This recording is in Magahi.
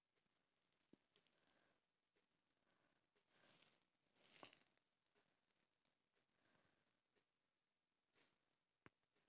घर बैठल मोबाईल से ही औनलाइन खाता खुल सकले हे का?